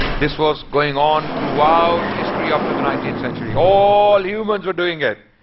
this was going on throughout history up to the nineteenth century. all humans were doing it.